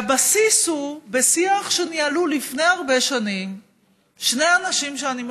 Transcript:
הבסיס הוא בשיח שניהלו לפני הרבה שנים שני אנשים שאני מכבדת,